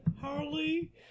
Harley